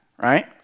right